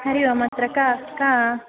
हरि ओम् अत्र का का